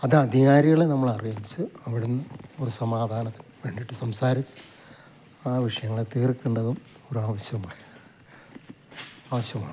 അത് അധികാരികളെ നമ്മൾ അറിയിച്ച് അവിടുന്ന് ഒരു സമാധാനത്തിന് വേണ്ടിട്ട് സംസാരിച്ച് ആ വിഷയങ്ങളെ തീർക്കേണ്ടതും ഒരു ആവശ്യമാണ് ആവശ്യമാണ്